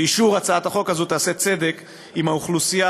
אישור הצעת החוק הזאת יעשה צדק עם האוכלוסייה